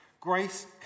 Grace